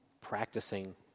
practicing